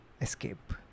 escape